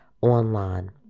online